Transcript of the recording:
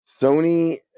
Sony